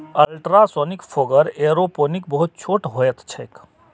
ultrasonic fogger aeroponic बहुत छोट होइत छैक